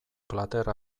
plater